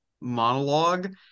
monologue